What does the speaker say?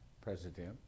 president